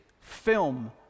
film